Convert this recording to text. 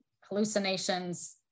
hallucinations